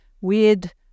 weird